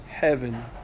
heaven